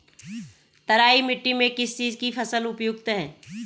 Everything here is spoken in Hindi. तराई मिट्टी में किस चीज़ की फसल उपयुक्त है?